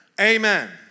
Amen